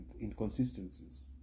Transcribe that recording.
inconsistencies